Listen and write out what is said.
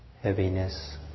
heaviness